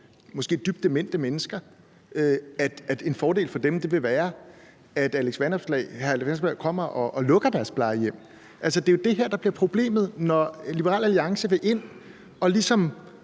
måske er dybt demente mennesker, at hr. Alex Vanopslagh kommer og lukker deres plejehjem. Altså, det er jo det her, der bliver problemet, når Liberal Alliance vil ind og ligesom